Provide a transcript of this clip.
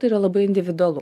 tai yra labai individualu